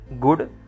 good